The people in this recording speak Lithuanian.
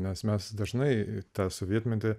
nes mes dažnai į tą sovietmetį